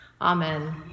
Amen